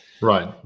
Right